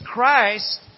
Christ